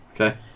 Okay